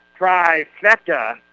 trifecta